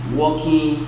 working